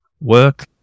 work